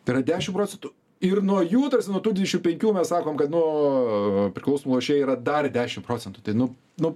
tai yra dešimt procentų ir nuo jų ta prasme nuo tų dvidešim penkių mes sakom kad nu priklausomų lošėjų yra dar dešimt procentų tai nu nu